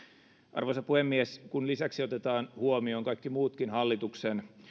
arvoisa puhemies kun lisäksi otetaan huomioon kaikki muutkin hallituksen